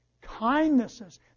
kindnesses